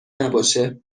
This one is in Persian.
نباشه